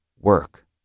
work